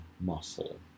muscle